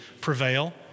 prevail